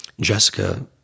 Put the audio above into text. Jessica